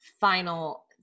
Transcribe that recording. final